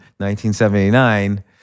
1979